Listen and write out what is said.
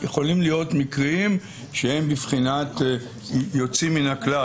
יכולים להיות מקרים שהם בבחינת יוצאים מן הכלל.